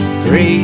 three